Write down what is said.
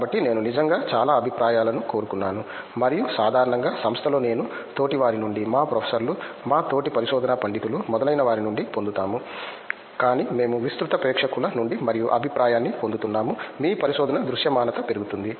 కాబట్టి నేను నిజంగా చాలా అభిప్రాయాలను కోరుకున్నాను మరియు సాధారణంగా సంస్థలో నేను తోటివారి నుండి మా ప్రొఫెసర్లు మా తోటి పరిశోధనా పండితులు మొదలైనవారినుండి పొందుతాము కానీ మేము విస్తృత ప్రేక్షకుల నుండి మరియు అభిప్రాయాన్ని పొందుతున్నాము మీ పరిశోధన దృశ్యమానత పెరుగుతుంది